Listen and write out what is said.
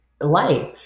life